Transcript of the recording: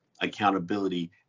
accountability